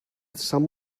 some